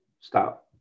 stop